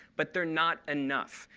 but they're not enough.